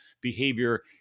behavior